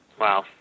Wow